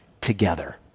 together